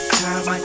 time